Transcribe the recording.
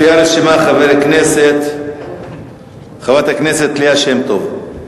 לפי הרשימה, חברת הכנסת ליה שמטוב,